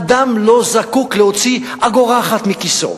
אדם לא זקוק להוציא אגורה אחת מכיסו,